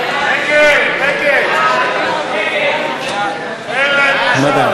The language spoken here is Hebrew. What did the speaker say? חוק לשינוי סדרי עדיפויות לאומיים (תיקוני